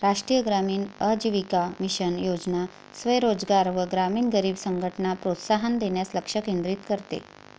राष्ट्रीय ग्रामीण आजीविका मिशन योजना स्वयं रोजगार व ग्रामीण गरीब संघटनला प्रोत्साहन देण्यास लक्ष केंद्रित करते